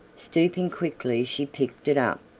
stooping quickly she picked it up.